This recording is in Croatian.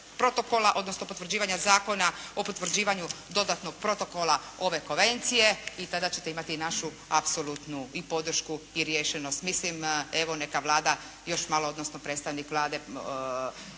protokola odnosno potvrđivanja zakona o potvrđivanju dodatnog protokola ove konvencije i tada ćete imati našu apsolutnu i podršku i riješenost. Mislim evo neka Vlada još malo odnosno predstavnik Vlade